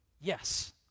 yes